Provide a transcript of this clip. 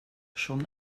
schon